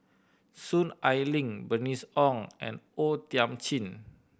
Soon Ai Ling Bernice Ong and O Thiam Chin